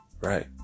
right